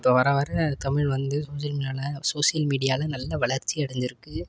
இப்போது வர வர தமிழ் வந்து சேசியல் மீடியாவில் சோசியல் மீடியாவில் நல்ல வளர்ச்சி அடைஞ்சிருக்கு